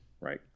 right